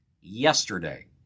yesterday